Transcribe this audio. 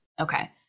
okay